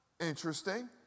Interesting